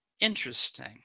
Interesting